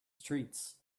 streets